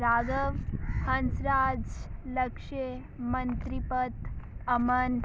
ਰਾਘਵ ਹੰਸਰਾਜ ਲਕਸ਼ੇ ਮੰਤਰੀ ਪਦ ਅਮਨ